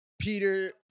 Peter